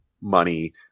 money